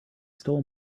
stole